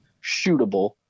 shootable